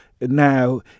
now